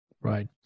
Right